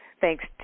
thanks